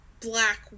black